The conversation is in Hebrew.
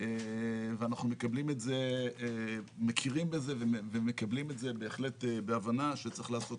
ואנחנו מכירים בזה ומקבלים את בהבנה שצריך לעשות